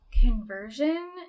Conversion